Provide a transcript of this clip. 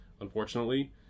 unfortunately